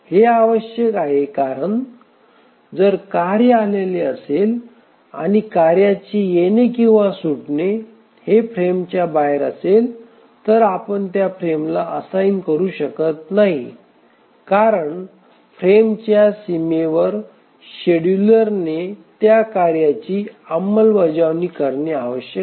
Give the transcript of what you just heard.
हे आवश्यक आहे कारण जर कार्य आलेले असेल आणि कार्याचे येणे किंवा सूटणे हे फ्रेमच्या बाहेर असेल तर आपण त्या फ्रेमला असाइन करू शकत नाही कारण फ्रेमच्या सीमेवर शेड्यूलर ने त्या कार्याची अंमलबजावणी करणे आवश्यक आहे